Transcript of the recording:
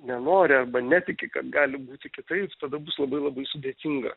nenori arba netiki kad gali būti kitaip tada bus labai labai sudėtinga